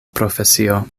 profesio